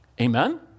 Amen